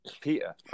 Peter